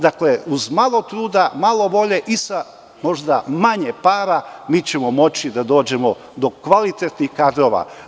Dakle, uz malo truda, malo volje i sa možda manje para ćemo moći da dođemo do kvalitetnih kadrova.